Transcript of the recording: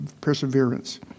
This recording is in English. perseverance